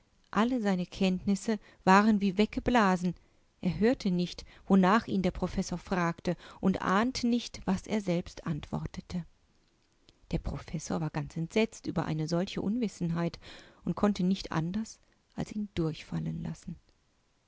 er seine gedanken nicht zu sammeln vermochte alle seine kenntnissewarenwieweggeblasen erhörtenicht wonachihnderprofessor fragte und ahnte nicht was er selbst antwortete der professor war ganz entsetzt über eine solche unwissenheit und konnte nicht anders als ihn durchfallenlassen